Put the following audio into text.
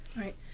Right